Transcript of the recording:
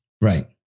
Right